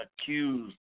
accused